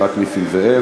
חבר הכנסת נסים זאב,